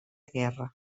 guerra